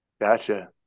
Gotcha